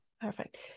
perfect